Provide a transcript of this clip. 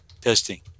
testing